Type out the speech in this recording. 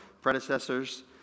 predecessors